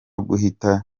guhita